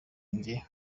njye